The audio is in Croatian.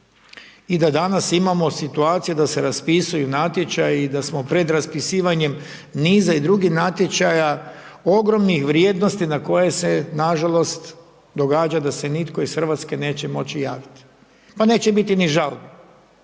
i da danas imamo situaciju da se raspisuju natječaji i da smo pred raspisivanjem niza i drugih natječaja ogromnih vrijednosti na koje se nažalost događa da se nitko iz Hrvatske neće moći javiti. Pa neće biti ni žalbe.